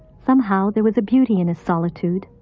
somehow there was a beauty in his solitude,